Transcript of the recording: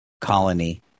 colony